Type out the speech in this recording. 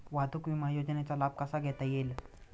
वाहतूक विमा योजनेचा लाभ कसा घेता येईल?